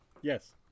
Yes